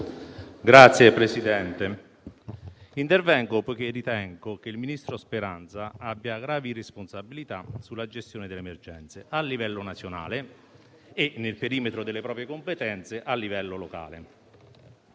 Signor Presidente, intervengo perché ritengo che il ministro Speranza abbia gravi responsabilità sulla gestione delle emergenze a livello nazionale e, nel perimetro delle proprie competenze, a livello locale,